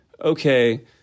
okay